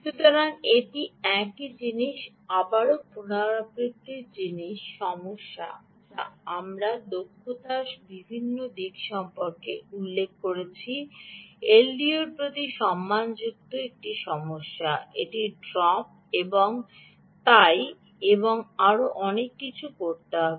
সুতরাং এটি একই জিনিস আবারও পুনরাবৃত্তি সমস্যা যা আমরা দক্ষতার বিভিন্ন দিক সম্পর্কে উল্লেখ করেছি এলডিওর প্রতি সম্মানযুক্ত একটি সমস্যা এটি ড্রপ এবং তাই এবং আরও অনেক কিছু আছে